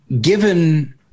given